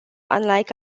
unlike